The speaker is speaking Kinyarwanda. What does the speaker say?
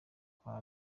kwa